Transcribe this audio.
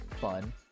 fun